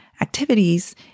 activities